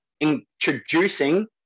introducing